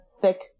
Thick